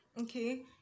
Okay